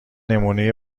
نمونهی